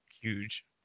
huge